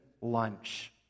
lunch